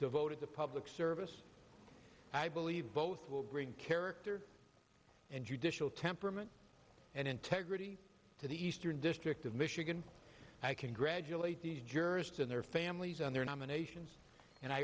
devoted to public service i believe both will bring character and judicial temperament and integrity to the eastern district of michigan i congratulate these jurists and their families on their nominations and i